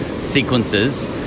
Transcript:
sequences